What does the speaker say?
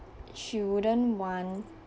she wouldn't want